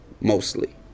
mostly